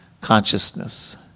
consciousness